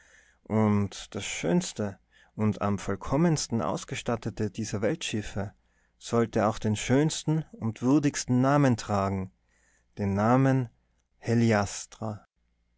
und das schönste und am vollkommensten ausgestattete dieser weltschiffe sollte auch den schönsten und würdigsten namen tragen den namen